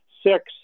six